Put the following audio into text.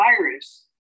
virus